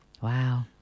Wow